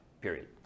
period